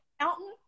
accountant